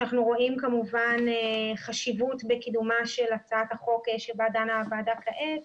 שאנחנו רואים כמובן חשיבות בקידומה של הצעת החוק שבה דנה הוועדה כעת,